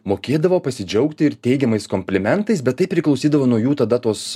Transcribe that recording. mokėdavo pasidžiaugti ir teigiamais komplimentais bet tai priklausydavo nuo jų tada tos